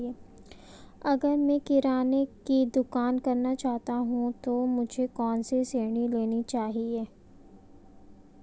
अगर मैं किराना की दुकान करना चाहता हूं तो मुझे कौनसा ऋण लेना चाहिए?